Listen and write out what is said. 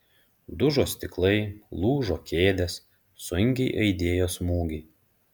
dužo stiklai lūžo kėdės sunkiai aidėjo smūgiai